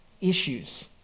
issues